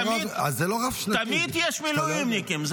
תמיד יש מילואימניקים.